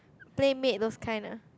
playmate those kind ah